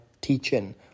teaching